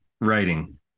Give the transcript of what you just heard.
writing